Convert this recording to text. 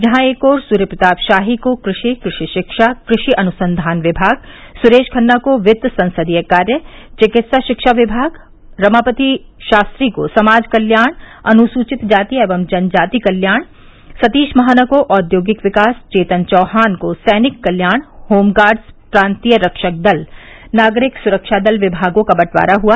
जहां एक ओर सूर्य प्रताप शाही को कृषि कृषि शिक्षा कृषि अनुसंधान विमाग सुरेश खन्ना को वित्त संसदीय कार्य चिकित्सा शिक्षा विमाग रमापति शास्त्री को समाज कल्याण अनुसूचित जाति एवं जन जाति कल्याण सतीश महाना को औद्योगिक विकास चेतन चौहान को सैनिक कल्याण होमगार्डस प्रान्तीय रक्षक दल नागरिक सुरक्ष दल विभागों का बंटावारा हुआ